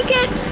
it!